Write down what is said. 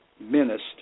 menaced